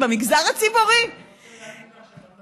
במשרד האוצר, אדוני השר,